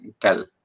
tell